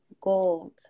gold